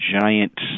giant